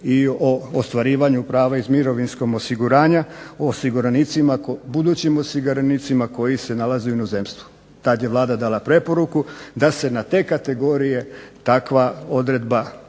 i o ostvarivanju prava iz mirovinskog osiguranja osiguranicima, budućim osiguranicima koji se nalaze u inozemstvu. Tad je Vlada dala preporuku da se na te kategorije takva odredba